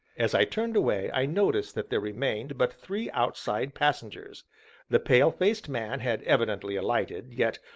as i turned away, i noticed that there remained but three outside passengers the pale-faced man had evidently alighted, yet,